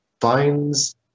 finds